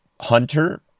Hunter